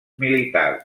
militars